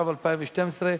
התשע"ב 2012,